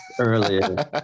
earlier